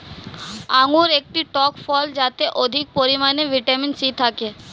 আঙুর একটি টক ফল যাতে অধিক পরিমাণে ভিটামিন সি থাকে